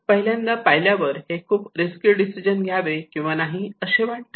पहिल्यांदा पाहिल्यावर हे खूप रिस्की डिसिजन घ्यावे किंवा नाही असे वाटते